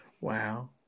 Wow